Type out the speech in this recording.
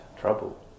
trouble